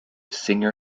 singer